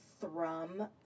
thrum